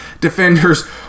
defenders